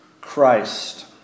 Christ